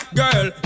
girl